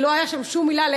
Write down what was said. כי לא הייתה שם שום מילה,